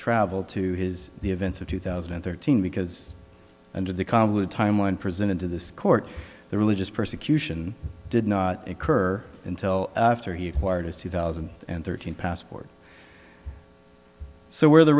travel to his the events of two thousand and thirteen because under the convoluted time one presented to this court the religious persecution did not occur until after he part is two thousand and thirteen passport so where the